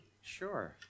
Sure